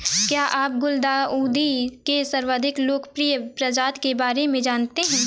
क्या आप गुलदाउदी के सर्वाधिक लोकप्रिय प्रजाति के बारे में जानते हैं?